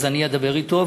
אז אני אדבר אתו,